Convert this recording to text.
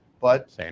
But-